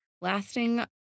lasting